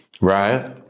right